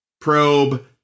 probe